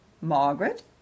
Margaret